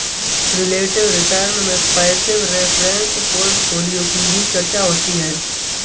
relative return में passive reference portfolio की भी चर्चा होती है